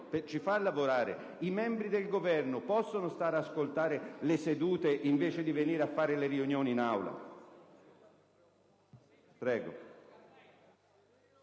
ci fa lavorare? I membri del Governo possono ascoltare le sedute invece di venire a fare riunioni in Aula?